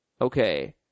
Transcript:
Okay